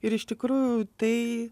ir iš tikrųjų tai